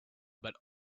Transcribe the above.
but